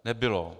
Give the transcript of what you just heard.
Nebylo.